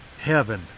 heaven